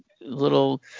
little